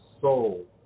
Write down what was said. soul